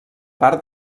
part